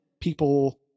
people